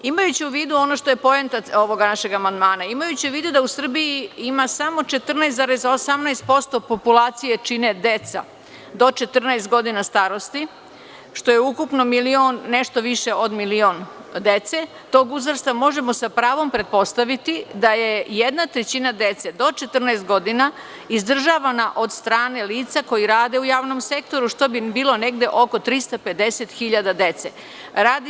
Imajući u vidu ono što je poenta ovog našeg amandmana, imajući u vidu da u Srbiji ima samo 14,18% populacije koju čine deca do 14 godina starosti, što je ukupno nešto više od milion dece tog uzrasta, možemo sa pravom pretpostaviti da je jedna trećina dece do 14 godina izdržavana od strane lica koji rade u javnom sektoru što bi bilo negde oko 350 hiljada dece.